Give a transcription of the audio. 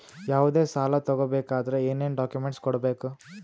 ಯಾವುದೇ ಸಾಲ ತಗೊ ಬೇಕಾದ್ರೆ ಏನೇನ್ ಡಾಕ್ಯೂಮೆಂಟ್ಸ್ ಕೊಡಬೇಕು?